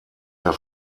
der